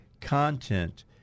content